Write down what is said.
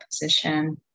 position